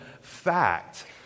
fact